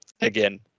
again